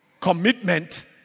commitment